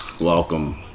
Welcome